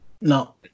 No